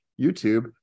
YouTube